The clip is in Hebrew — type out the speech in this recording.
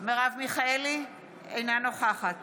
אינה נוכחת